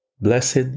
Blessed